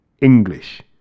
English